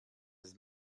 his